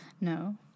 no